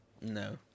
No